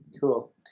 cool